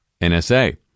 NSA